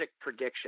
prediction